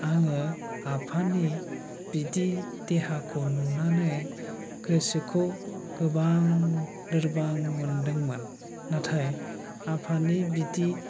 आङो आफानि बिदि देहाखौ नुनानै गोसोखौ गोबां लोरबां मोनदोंमोन नाथाय आफानि बिदि